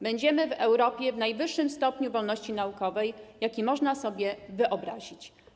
Będziemy w Europie w najwyższym stopniu wolności naukowej, jaki można sobie wyobrazić.